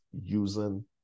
using